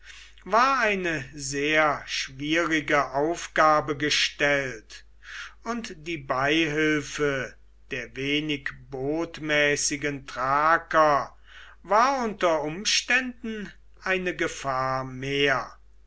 war eine sehr schwierige aufgabe gestellt und die beihilfe der wenig botmäßigen thraker war unter umständen eine gefahr mehr